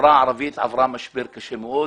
החברה הערבית עברה משבר קשה מאוד.